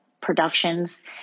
productions